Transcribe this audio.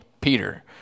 Peter